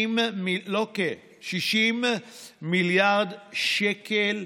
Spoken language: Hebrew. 60 מיליארד שקל.